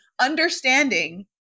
understanding